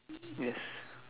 yes